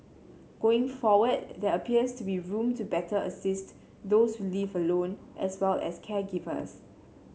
going forward there appears to be room to better assist those who live alone as well as caregivers